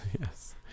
yes